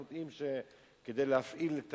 אנחנו יודעים שכדי להפעיל את